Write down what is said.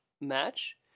match